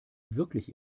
wirklich